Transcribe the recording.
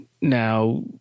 now